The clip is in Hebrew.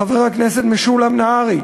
חבר הכנסת משולם נהרי,